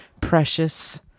precious